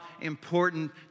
important